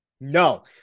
No